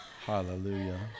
Hallelujah